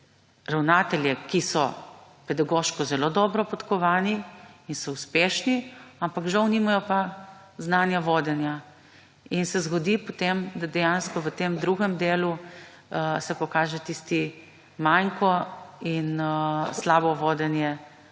ravnatelje, ki so pedagoško zelo dobro podkovani in so uspešni, ampak žal nimajo pa znanja vodenja. In se zgodi potem, da dejansko v tem drugem delu se pokaže tisti manjko in slabo vodenje